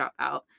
dropout